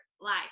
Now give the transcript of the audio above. life